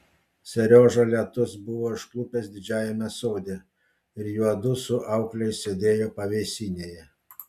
seriožą lietus buvo užklupęs didžiajame sode ir juodu su aukle išsėdėjo pavėsinėje